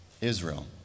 Israel